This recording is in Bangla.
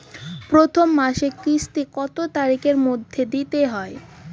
প্রথম মাসের কিস্তি কত তারিখের মধ্যেই দিতে হবে?